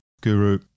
guru